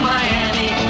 Miami